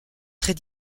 très